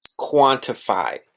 Quantify